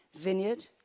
Vineyard